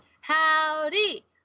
Howdy